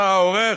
אתה העורך,